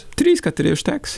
trys keturi užteks